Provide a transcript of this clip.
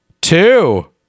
Two